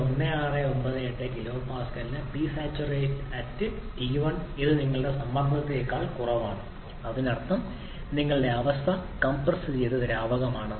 1698 kPa ന് Psat T1 ഇത് നിങ്ങളുടെ സമ്മർദ്ദത്തേക്കാൾ കുറവാണ് അതിനർത്ഥം നിങ്ങളുടെ അവസ്ഥ കംപ്രസ് ചെയ്ത ദ്രാവകമാണെന്ന്